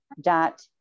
dot